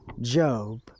Job